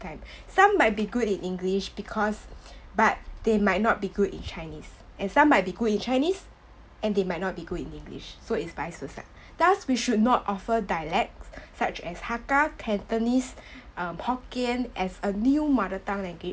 time some might be good in english because but they might not be good in chinese and some might be good in chinese and they might not be good in english so is vice versa thus we should not offer dialects such as hakka cantonese um hokkien as a new mother tongue langu~